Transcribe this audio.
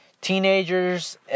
teenagers